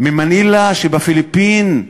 ממנילה שבפיליפינים?